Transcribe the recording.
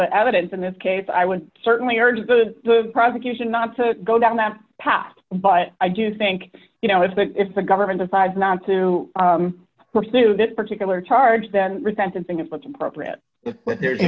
the evidence in this case i would certainly urge the prosecution not to go down that path but i do think you know if the if the government decides not to pursue this particular charge then sentencing is looked appropriate if there's